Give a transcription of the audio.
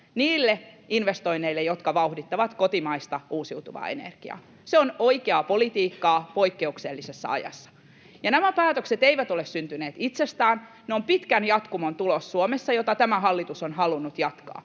niille investoinneille, jotka vauhdittavat kotimaista uusiutuvaa energiaa. Se on oikeaa politiikkaa poikkeuksellisessa ajassa. Nämä päätökset eivät ole syntyneet itsestään. Ne ovat Suomessa pitkän jatkumon tulos, jota tämä hallitus on halunnut jatkaa,